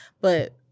But-